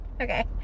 Okay